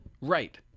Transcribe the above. Right